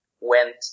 went